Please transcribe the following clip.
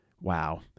Wow